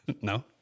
No